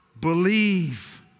Believe